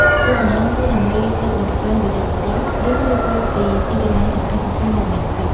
គោលបំណងគឺដើម្បីលើកតម្កើងវីរបុរស ឬរៀបរាប់ពីទីកន្លែងសំខាន់ៗដែលមានពិត ។